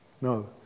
No